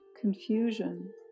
confusion